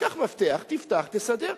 קח מפתח, תפתח, תסדר.